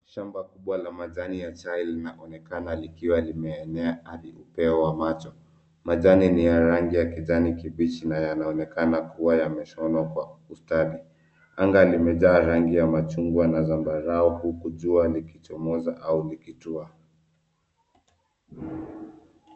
Shamba kubwa la majani ya chai linaonekana likiwa limeenea hadi upeo wa macho. Majani ni rangi ya kijani kibichi na yanaonekana kuwa yameshonwa kwa ustadi. Anga limejaa rangi ya machungwa na zambarau huku jua likichomoza au likitua.